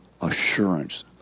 assurance